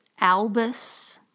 albus